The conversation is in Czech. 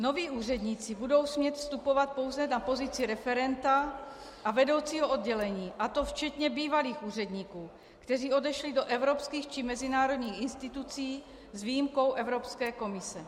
Noví úředníci budou smět vstupovat pouze na pozici referenta a vedoucího oddělení, a to včetně bývalých úředníků, kteří odešli do evropských či mezinárodních institucí, s výjimkou Evropské komise.